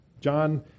John